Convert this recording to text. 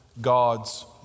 God's